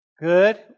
Good